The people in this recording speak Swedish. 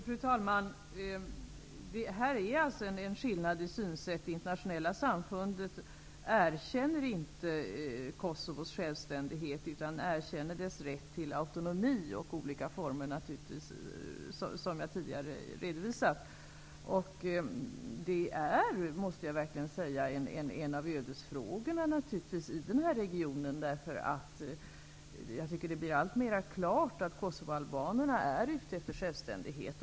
Fru talman! Här finns alltså en skillnad i synsätt. Det internationella samfundet erkänner inte Kosovos självständighet, utan man erkänner dess rätt till autonomi, som jag tidigare redovisade. Detta är naturligtvis en av ödesfrågorna i den här regionen, eftersom det står alltmer klart att kosovoalbanerna är ute efter självständighet.